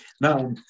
Now